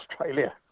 Australia